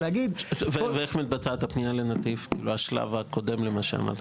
ואיך מתבצעת הפנייה לנתיב בשלב הקודם למה שאמרת?